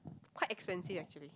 quite expensive actually